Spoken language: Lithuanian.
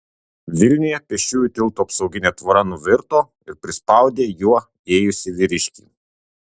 vilniuje pėsčiųjų tilto apsauginė tvora nuvirto ir prispaudė juo ėjusį vyriškį